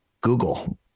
Google